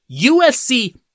USC